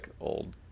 old